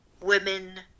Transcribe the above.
women